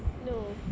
no